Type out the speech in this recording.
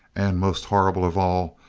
and, most horrible of all,